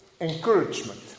Encouragement